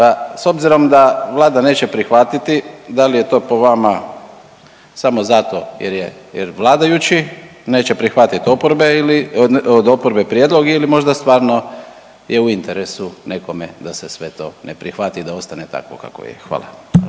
s obzirom da Vlada neće prihvatiti da li je to po vama samo zato jer je, jer vladajući neće prihvatit oporbe ili od oporbe prijedlog ili možda stvarno je u interesu nekome da se sve to ne prihvati i da ostane takvo kakvo je, hvala.